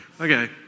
Okay